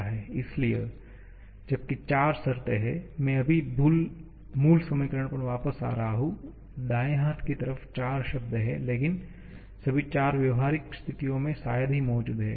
इसलिए जबकि चार शर्तें हैं मैं अभी मूल समीकरण पर वापस जा रहा हूं दाएं हाथ की तरफ चार शब्द हैं लेकिन सभी चार व्यावहारिक स्थितियों में शायद ही मौजूद हैं